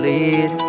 Lead